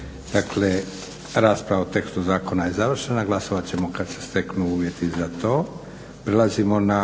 Dakle, rasprava o tekstu zakona je završena. Glasovati ćemo kada se steknu uvjeti za to.